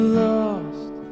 lost